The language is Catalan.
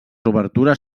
obertures